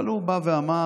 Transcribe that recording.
אבל הוא בא ואמר: